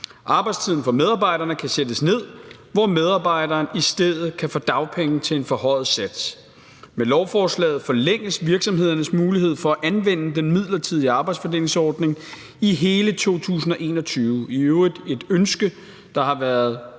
Arbejdstiden for medarbejderne kan sættes ned, hvor medarbejderen i stedet kan få dagpenge til en forhøjet sats. Med lovforslaget forlænges virksomhedernes mulighed for at anvende den midlertidige arbejdsfordelingsordning i hele 2021, i øvrigt et ønske, der i meget